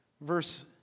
Verse